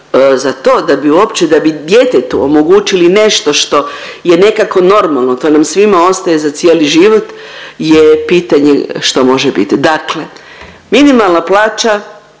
za to da bi uopće da bi djetetu omogućili nešto što je nekako normalno. To nam svima ostaje za cijeli život je pitanje što može biti. Dakle minimalna plaća,